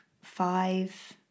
five